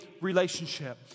relationship